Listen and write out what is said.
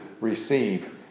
receive